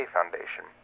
Foundation